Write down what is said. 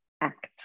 act